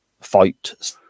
fight